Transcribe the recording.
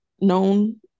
known